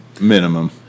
minimum